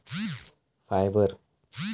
fibre